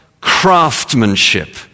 craftsmanship